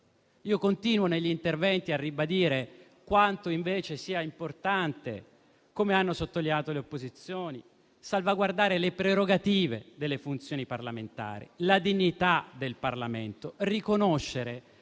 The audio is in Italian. Continuo, nei miei interventi, a ribadire quanto invece sia importante, come hanno sottolineato le opposizioni, salvaguardare le prerogative delle funzioni parlamentari e la dignità del Parlamento, riconoscere